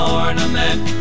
ornament